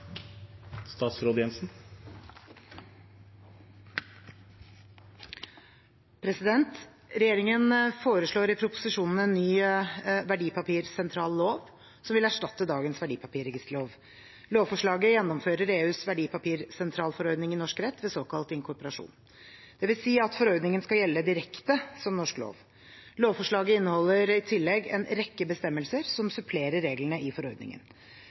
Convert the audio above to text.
Regjeringen foreslår i proposisjonen en ny verdipapirsentrallov som vil erstatte dagens verdipapirregisterlov. Lovforslaget gjennomfører EUs verdipapirsentralforordning i norsk rett ved såkalt inkorporasjon. Det vil si at forordningen skal gjelde direkte som norsk lov. Lovforslaget inneholder i tillegg en rekke bestemmelser som supplerer reglene i forordningen.